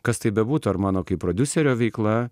kas tai bebūtų ar mano kaip prodiuserio veikla